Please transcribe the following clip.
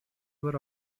were